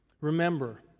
Remember